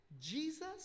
Jesus